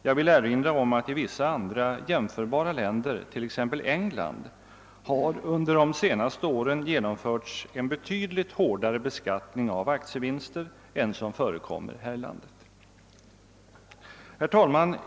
Jag vill erinra om att det i vissa jämförbara länder, t.ex. England, under de senaste åren genomförts en hårdare beskattning av aktievinster än den som förekommer här i landet.